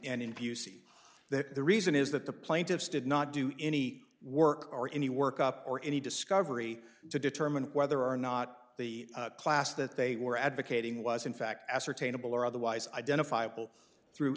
interview see that the reason is that the plaintiffs did not do any work or any work up or any discovery to determine whether or not the class that they were advocating was in fact ascertainable or otherwise identifiable through